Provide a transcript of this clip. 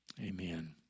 amen